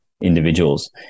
individuals